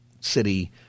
city